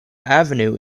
avenue